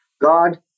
God